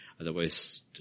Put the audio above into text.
otherwise